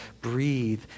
breathe